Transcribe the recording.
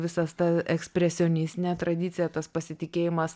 visas ta ekspresionistinė tradicija tas pasitikėjimas